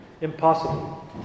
impossible